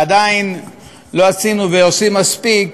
ועדיין לא עשינו ולא עושים מספיק